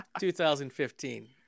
2015